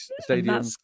stadium